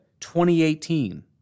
2018